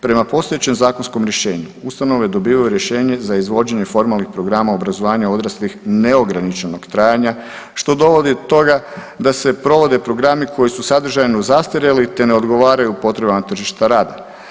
Prema postojećem zakonskom rješenje ustanove dobivaju rješenje za izvođenje formalnih programa obrazovanja odraslih neograničenog trajanja što dovodi do toga da se provode programi koji su sadržajno zastarjeli te ne odgovaraju potrebama tržišta rada.